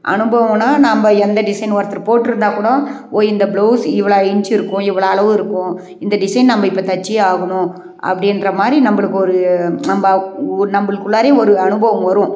அனுபவன்னா நம்ம எந்த டிசைன் ஒருத்தர் போட்டுருந்தா கூடம் ஓ இந்த ப்ளவுஸ் இவ்வளோ இன்ச் இருக்கும் இவ்வளோ அளவு இருக்கும் இந்த டிசைன் நம்ம இப்போ தைச்சியே ஆகணும் அப்படின்ற மாதிரி நம்மளுக்கு ஒரு நம்ம நம்மளுக்கு உள்ளாரையும் ஒரு அனுபவம் வரும்